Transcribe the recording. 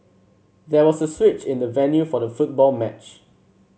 there was a switch in the venue for the football match